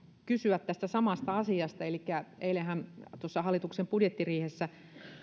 kysyä tästä samasta asiasta elikkä eilenhän hallituksen budjettiriihessä